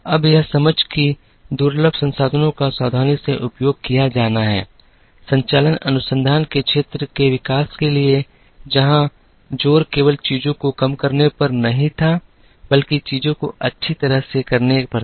अब यह समझ कि दुर्लभ संसाधनों का सावधानी से उपयोग किया जाना है संचालन अनुसंधान के क्षेत्र के विकास के लिए जहां जोर केवल चीजों को करने पर नहीं था बल्कि चीजों को अच्छी तरह से करने पर था